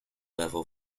level